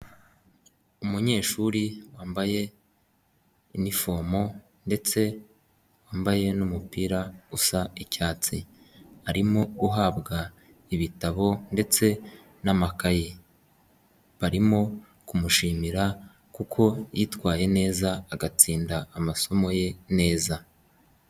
Umunyeshuri wambaye inifomo ndetse wambaye n'umupira usa icyatsi, arimo guhabwa ibitabo ndetse n'amakaye barimo kumushimira kuko yitwaye neza agatsinda amasomo ye neza.